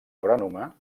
agrònoma